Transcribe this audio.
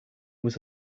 was